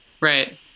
Right